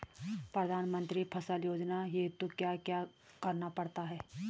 प्रधानमंत्री फसल योजना हेतु क्या क्या करना पड़ता है?